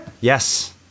Yes